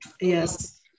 Yes